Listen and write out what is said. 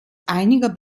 einiger